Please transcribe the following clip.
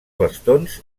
bastons